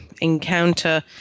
encounter